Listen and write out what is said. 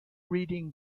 reading